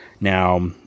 Now